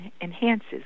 enhances